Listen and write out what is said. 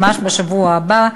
ממש בשבוע הבא,